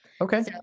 Okay